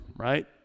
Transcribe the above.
right